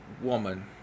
woman